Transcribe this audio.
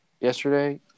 yesterday